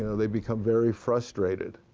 they become very frustrated.